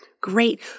Great